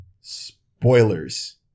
spoilers